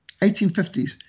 1850s